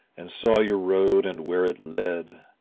and saw your road and where it led,